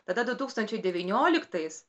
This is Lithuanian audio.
tada du tūkstančiai devynioliktais